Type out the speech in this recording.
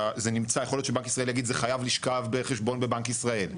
יכול להיות שבנק ישראל יגיד זה חייב לשכב בחשבון בבנק ישראל,